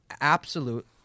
absolute